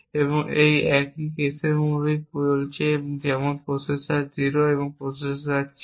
এবং একই প্রসেসরে চলছে যেমন প্রসেসর 0 এবং প্রসেসর 4